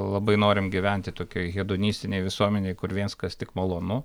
labai norim gyventi tokioj hedonistinėj visuomenėj kur viskas tik malonu